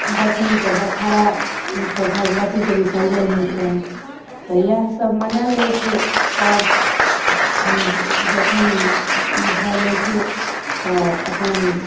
दशमी कऽ दशहरा कऽ भगवतीके बिसर्जन होइ छनि तऽ इएह सब मनायल जाइ छै आओर जखन ई भऽ जाइ छै तऽ अपन